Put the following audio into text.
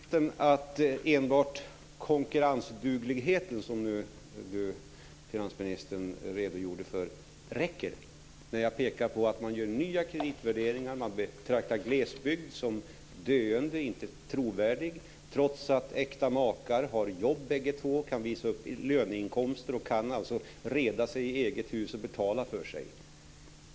Herr talman! Tror finansministern att enbart konkurrensdugligheten, som finansministern redogjorde för, räcker när man gör nya kreditvärderingar och betraktar glesbygder som döende, inte trovärdiga, trots att äkta makar har jobb, kan visa upp löneinkomster, alltså kan reda sig i eget hus och betala för sig?